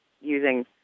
using